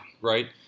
Right